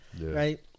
right